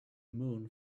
moon